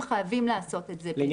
הם חייבים לעשות את זה בנוכחות.